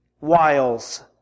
wiles